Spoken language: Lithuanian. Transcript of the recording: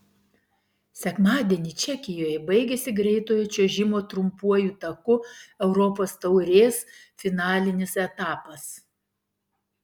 sekmadienį čekijoje baigėsi greitojo čiuožimo trumpuoju taku europos taurės finalinis etapas